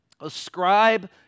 ascribe